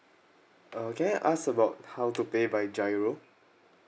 uh can I ask about how to pay by G_I_R_O